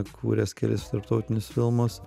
kūręs kelis tarptautinius filmus